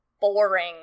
boring